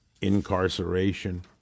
incarceration